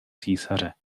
císaře